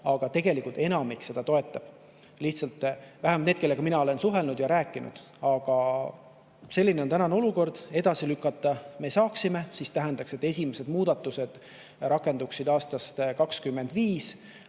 Aga tegelikult enamik eelnõu toetab, vähemalt need, kellega mina olen suhelnud ja rääkinud. Selline on tänane olukord. Edasi lükata me saaksime ja see tähendaks, et esimesed muudatused rakenduksid aastast 2025,